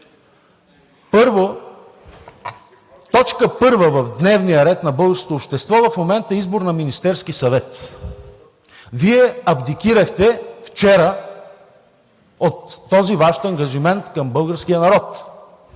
Първо, точка първа в дневния ред на българското общество в момента е избор на Министерски съвет. Вие абдикирахте вчера от този Ваш ангажимент към българския народ.